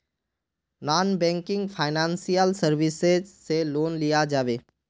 Non banking financial services से loan लिया जाबे?